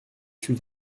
suis